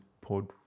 Pod